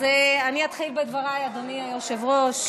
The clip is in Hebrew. אז אני אתחיל בדבריי, אדוני היושב-ראש.